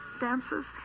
dances